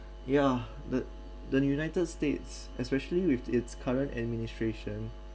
yeah the the united states especially with its current administration